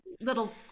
little